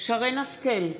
שרן מרים השכל,